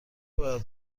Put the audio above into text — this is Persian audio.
باید